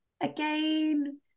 Again